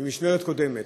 במשמרת קודמת.